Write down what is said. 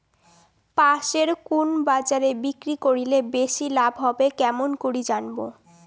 পাশের কুন বাজারে বিক্রি করিলে বেশি লাভ হবে কেমন করি জানবো?